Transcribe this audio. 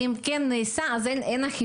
אם זה כן נעשה אז אין אכיפה.